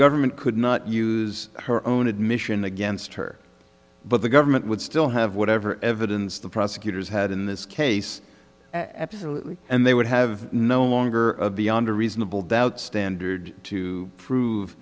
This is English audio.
government could not use her own admission against her but the government would still have whatever evidence the prosecutors had in this case and they would have no longer of beyond a reasonable doubt standard to prove